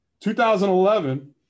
2011